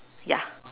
ya